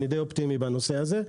אבל אני די אופטימי נושא הזה.